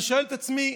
אני שואל את עצמי,